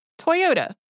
Toyota